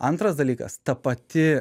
antras dalykas ta pati